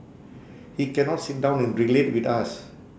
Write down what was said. he cannot sit down and relate with us